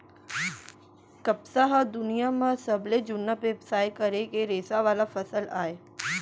कपसा ह दुनियां म सबले जुन्ना बेवसाय करे के रेसा वाला फसल अय